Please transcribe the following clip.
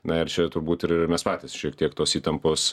na ir čia turbūt ir ir mes patys šiek tiek tos įtampos